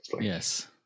Yes